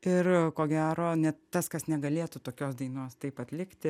ir ko gero net tas kas negalėtų tokios dainos taip atlikti